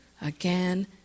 again